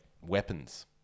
weapons